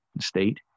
state